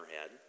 head